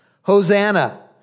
Hosanna